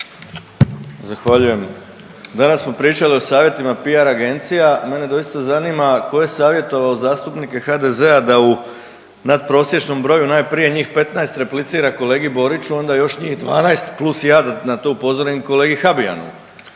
Zahvaljujem. Danas smo pričali o savjetima PR agencija, mene doista zanima tko je savjetovao zastupnike HDZ-a da u natprosječnom broju najprije njih 15 replicira kolegi Boriću, a onda još njih 12 plus ja na to upozorim kolegi Habijanu.